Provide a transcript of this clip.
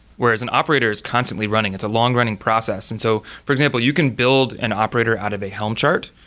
whereas, an operator is constantly running. it's a long-running process. and so for example, you can build an operator out of a helm chart,